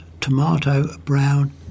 tomato-brown